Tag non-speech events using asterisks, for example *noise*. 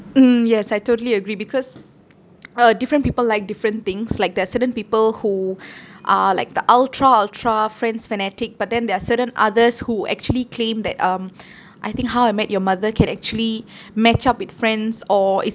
mmhmm yes I totally agree because *noise* uh different people like different things like there are certain people who *breath* are like the ultra ultra friends fanatic but then there are certain others who actually claim that um I think how I met your mother can actually match up with friends or